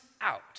out